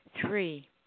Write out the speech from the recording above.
Three